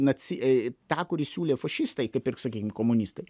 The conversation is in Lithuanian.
naci tą kurį siūlė fašistai kaip ir sakykim komunistai